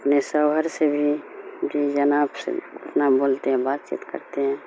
اپنے شوہر سے بھی بھی جناب سے اپنا بولتے ہیں بات چیت کرتے ہیں